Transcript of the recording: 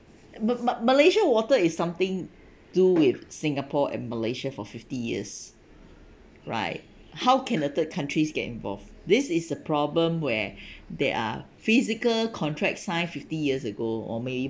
but but malaysia water is something do with singapore and malaysia for fifty years right how can a third countries get involved this is a problem where they are physical contract signed fifty years ago or maybe